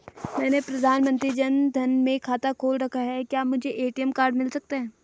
मैंने प्रधानमंत्री जन धन में खाता खोल रखा है क्या मुझे ए.टी.एम कार्ड मिल सकता है?